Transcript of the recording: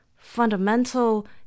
fundamental